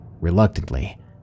Reluctantly